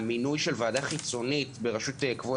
המינוי של ועדה חיצונית בראשות כבוד